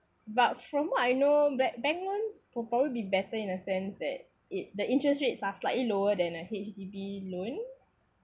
but from what I know ba~ bank loans pro~ probably be better in a sense that it the interest rates are slig~ slightly lower than a H_D_B loan